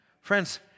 Friends